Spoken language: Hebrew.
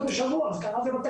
זה בהחלט